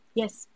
yes